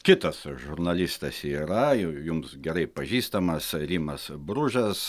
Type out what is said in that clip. kitas žurnalistas yra jau jums gerai pažįstamas rimas bružas